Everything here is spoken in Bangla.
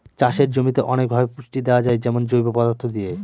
চাষের জমিতে অনেকভাবে পুষ্টি দেয়া যায় যেমন জৈব পদার্থ দিয়ে